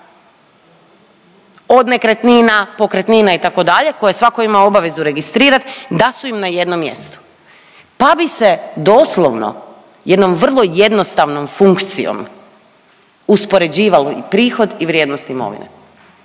od nekretnina, pokretnina itd. koje svako ima obavezu registrirat da su im na jednom mjestu. Pa bi se doslovno jednom vrlo jednostavnom funkcijom uspoređivali i prihod i vrijednost imovine